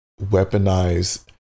weaponize